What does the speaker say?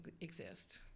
exist